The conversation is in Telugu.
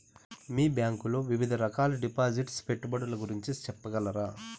మీ బ్యాంకు లో వివిధ రకాల డిపాసిట్స్, పెట్టుబడుల గురించి సెప్పగలరా?